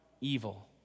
evil